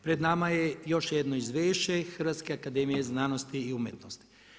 Pred nama je još jedno izvješće Hrvatske akademije znanosti i umjetnosti.